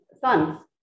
sons